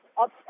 up